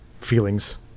feelings